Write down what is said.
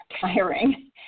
tiring